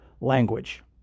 language